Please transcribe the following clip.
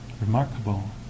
Remarkable